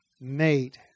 made